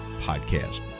Podcast